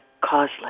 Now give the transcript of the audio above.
causeless